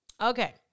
Okay